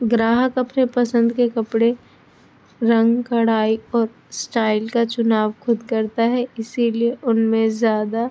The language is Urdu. گراہک اپنے پسند کے کپڑے رنگ کڑھائی اور اسٹائل کا چناؤ خود کرتا ہے اسی لیے ان میں زیادہ